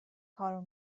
کارو